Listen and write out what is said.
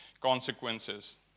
consequences